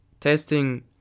testing